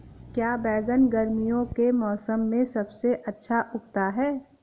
क्या बैगन गर्मियों के मौसम में सबसे अच्छा उगता है?